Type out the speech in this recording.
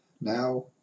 now